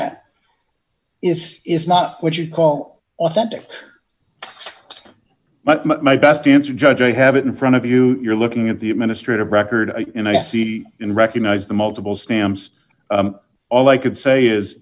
at is is not what you'd call authentic but my best answer judge i have it in front of you you're looking at the administrative record and i see and recognize the multiple stamps all i could say is